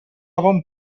bon